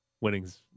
Winnings